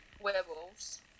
werewolves